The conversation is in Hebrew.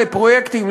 לפרויקטים,